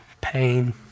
pain